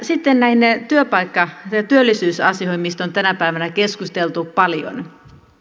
sitten työllisyysasioihin mistä on tänä päivänä keskusteltu paljon